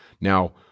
Now